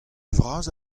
vras